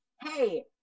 hey